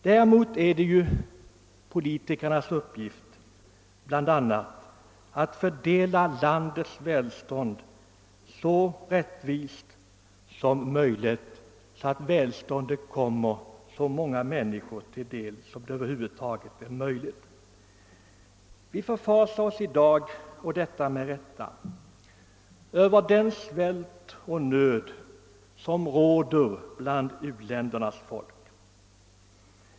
Däremot är det politikernas uppgift att fördela landets välstånd så att det kommer så många människor som möjligt till del. Vi förfasar oss i dag med rätta över den svält och nöd som råder bland uländernas folk.